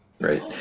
right